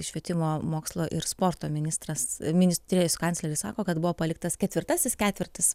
švietimo mokslo ir sporto ministras ministerijos kancleris sako kad buvo tas ketvirtasis ketvirtis